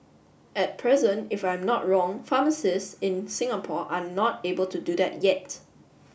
at present if I am not wrong pharmacists in Singapore are not able to do that yet